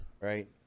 Right